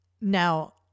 Now